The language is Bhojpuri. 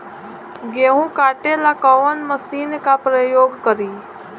गेहूं काटे ला कवन मशीन का प्रयोग करी?